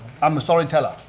i'm a storyteller,